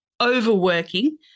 overworking